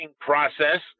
process